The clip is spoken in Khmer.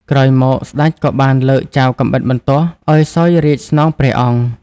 ក្រោយមកស្ដេចក៏បានលើកចៅកាំបិតបន្ទោះឱ្យសោយរាជ្យស្នងព្រះអង្គ។